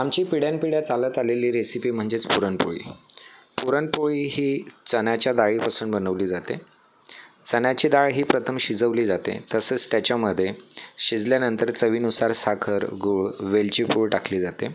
आमची पिढ्यानपिढ्या चालत आलेली रेसिपी म्हणजेच पुरणपोळी पुरणपोळी ही चण्याच्या डाळीपासून बनवली जाते चण्याची डाळ ही प्रथम शिजवली जाते तसंच त्याच्यामध्ये शिजल्यानंतर चवीनुसार साखर गूळ वेलचीपूड टाकली जाते